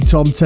Tom